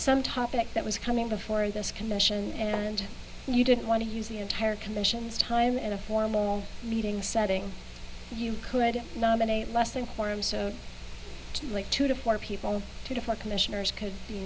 some topic that was coming before this commission and you didn't want to use the entire commission's time at a formal meeting setting you could nominate less than quorum so like two to four people two to four commissioners could